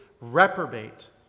reprobate